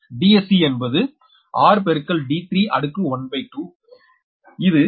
Dsc என்பது r பெருக்கல் d3 அடுக்கு 1 பய் 2